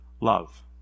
love